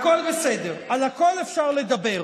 גם מרץ צריך להיות.